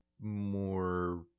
more